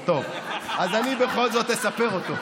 טוב, אז אני בכל זאת אספר אותו.